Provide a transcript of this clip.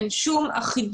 אין כל אחידות